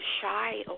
shy